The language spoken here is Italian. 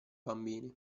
bambini